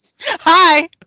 Hi